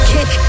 Kick